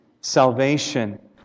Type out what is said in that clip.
salvation